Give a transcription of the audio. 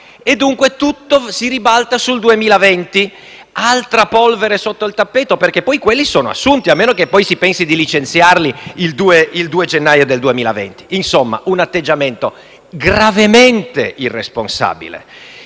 e dunque tutto si ribalta sul 2020; altra polvere sotto il tappeto, perché poi quelli saranno assunti, a meno che non si pensi di licenziarli il 2 gennaio del 2020. Insomma. è un atteggiamento gravemente irresponsabile.